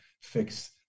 fix